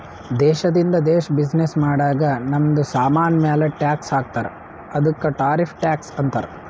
ದೇಶದಿಂದ ದೇಶ್ ಬಿಸಿನ್ನೆಸ್ ಮಾಡಾಗ್ ನಮ್ದು ಸಾಮಾನ್ ಮ್ಯಾಲ ಟ್ಯಾಕ್ಸ್ ಹಾಕ್ತಾರ್ ಅದ್ದುಕ ಟಾರಿಫ್ ಟ್ಯಾಕ್ಸ್ ಅಂತಾರ್